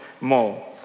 more